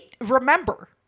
Remember